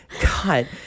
God